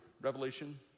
Revelation